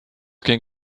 king